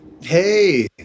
Hey